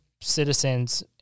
citizens